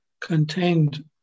contained